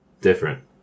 different